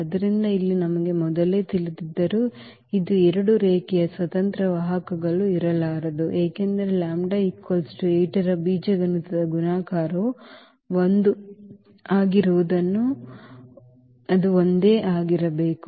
ಆದ್ದರಿಂದ ಇಲ್ಲಿ ನಮಗೆ ಮೊದಲೇ ತಿಳಿದಿದ್ದರೂ ಇದು ಎರಡು ರೇಖೀಯ ಸ್ವತಂತ್ರ ವಾಹಕಗಳು ಇರಲಾರದು ಏಕೆಂದರೆ ಇದು 8 ರ ಬೀಜಗಣಿತದ ಗುಣಾಕಾರವು 1 ಆಗಿರುವುದರಿಂದ ಅದು ಒಂದೇ ಆಗಿರಬೇಕು